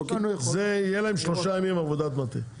זה יהיה להם שלושה ימים עבודת מטה.